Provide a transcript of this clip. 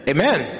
Amen